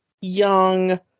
young